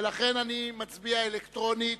ולכן אני מצביע אלקטרונית,